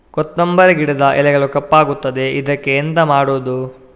ಕೊತ್ತಂಬರಿ ಗಿಡದ ಎಲೆಗಳು ಕಪ್ಪಗುತ್ತದೆ, ಇದಕ್ಕೆ ಎಂತ ಮಾಡೋದು?